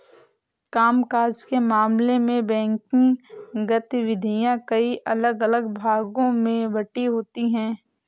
काम काज के मामले में बैंकिंग गतिविधियां कई अलग अलग भागों में बंटी होती हैं